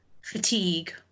fatigue